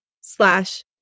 slash